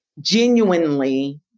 genuinely